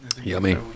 Yummy